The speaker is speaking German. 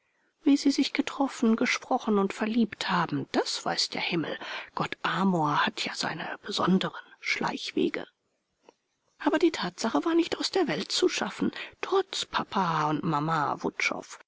wie sie sich getroffen gesprochen und verliebt haben das weiß der himmel gott amor hat ja seine besonderen schleichwege aber die tatsache war nicht aus der welt zu schaffen trotz papa und mama